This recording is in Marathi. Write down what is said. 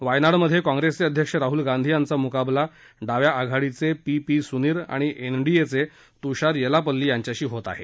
वायनाडमधे काँग्रेस अध्यक्ष राहुल गांधी यांचा मुकाबला डाव्या आघाडीचे पी पी सुनीर आणि एनडीएचे तुषार येलापल्ली यांच्याशी होत आहे